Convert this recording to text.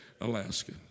Alaska